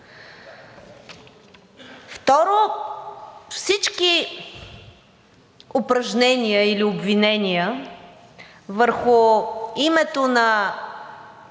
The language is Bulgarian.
Второ, всички упражнения или обвинения върху името на